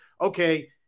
okay